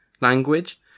language